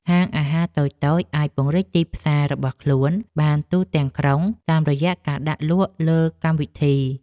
ហាងអាហារតូចៗអាចពង្រីកទីផ្សាររបស់ខ្លួនបានទូទាំងក្រុង តាមរយៈការដាក់លក់លើកម្មវិធី។